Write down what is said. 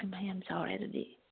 ꯏꯃꯥ ꯌꯥꯝ ꯆꯥꯎꯔꯦ ꯑꯗꯨꯗꯤ